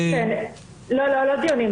לא, לא דיונים.